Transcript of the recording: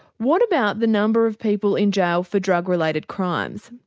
what about the number of people in jail for drug related crimes?